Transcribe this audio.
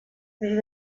les